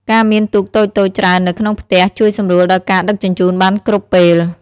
ការមានទូកតូចៗច្រើននៅក្នុងផ្ទះជួយសម្រួលដល់ការដឹកជញ្ជូនបានគ្រប់ពេល។